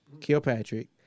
Kilpatrick